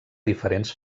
diferents